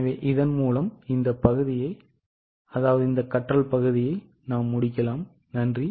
எனவே இதன் மூலம் இந்தப் பகுதியை முடிக்கலாம் நன்றி